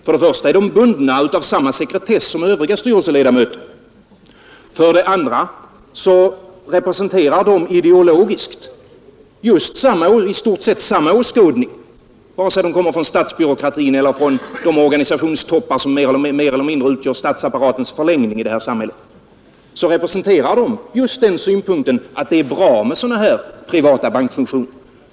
För det första är de bundna av samma sekretess som övriga styrelseledamöter, och för det andra representerar de ideologiskt i stort sett just samma åskådning vare sig de kommer från statsbyråkratin eller från de organisationstoppar som mer eller mindre utgör statsapparatens förlängning i det här samhället, och därför representerar de just den synpunkten, att det är bra med sådana privata bankfusioner.